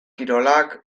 kirolak